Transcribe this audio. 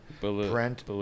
Brent